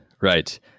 right